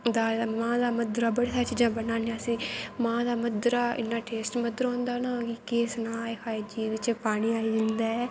दाल मांह् दा मद्दरा बड़ी सारी चीजां बनाने असें मांह् दा मद्दरा इन्ना टेस्ट मद्दरा होंदा ना कि केह् सनां आय हाय जीभ च पानी आई जंदा ऐ